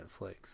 Netflix